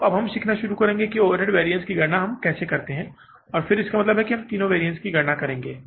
तो अब हम सीखना शुरू करेंगे कि ओवरहेड वेरिएंस की गणना कैसे करें और फिर इसका मतलब है कि हम तीनो वरिएंसेस की गणना करेंगे